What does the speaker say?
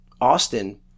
Austin